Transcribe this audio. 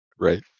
Right